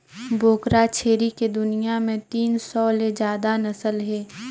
बोकरा छेरी के दुनियां में तीन सौ ले जादा नसल हे